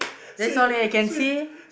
that's all that I can see